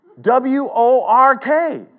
W-O-R-K